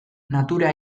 natura